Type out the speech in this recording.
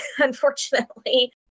unfortunately